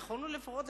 יאמרו ראשי